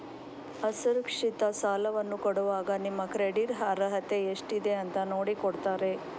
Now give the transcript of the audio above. ಅಸುರಕ್ಷಿತ ಸಾಲವನ್ನ ಕೊಡುವಾಗ ನಿಮ್ಮ ಕ್ರೆಡಿಟ್ ಅರ್ಹತೆ ಎಷ್ಟಿದೆ ಅಂತ ನೋಡಿ ಕೊಡ್ತಾರೆ